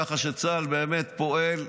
ככה שצה"ל באמת פועל,